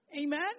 Amen